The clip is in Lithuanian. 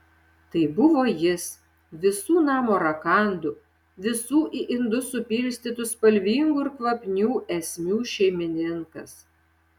tai buvo jis visų namo rakandų visų į indus supilstytų spalvingų ir kvapnių esmių šeimininkas